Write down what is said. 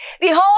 Behold